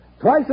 twice